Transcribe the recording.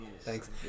Thanks